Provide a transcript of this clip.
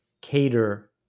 cater